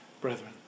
brethren